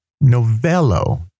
Novello